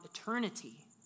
eternity